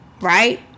right